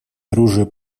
оружие